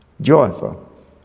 Joyful